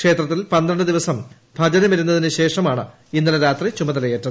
ക്ഷേത്രത്തിൽ പന്ത്രണ്ടു ദിവസം ഭജനമിരുന്നതിനു ശേഷമാണ് ഇന്നലെ രാത്രി ചുമതലയേറ്റത്